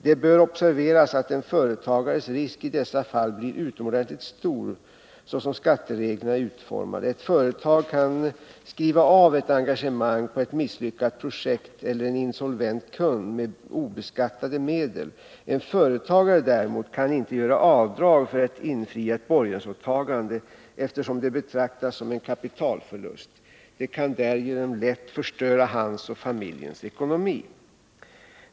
Det bör observeras att en företagares risk i dessa fall blir utomordentligt stor såsom skattereglerna är utformade. Ett företag kan skriva av ett engagemang på ett misslyckat projekt eller en insolvent kund med obeskattade medel. En företagare däremot kan inte göra avdrag för ett infriat borgensåtagande, eftersom det betraktas som en kapitalförlust. Det kan därigenom lätt förstöra hans och familjens ekonomi.